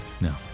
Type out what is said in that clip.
No